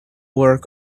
work